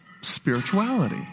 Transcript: spirituality